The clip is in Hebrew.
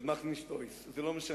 "עס מאכט נישט אויס", זה לא משנה.